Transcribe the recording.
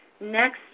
next